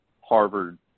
Harvard